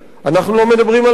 אנחנו לא מדברים על מנגנון,